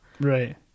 Right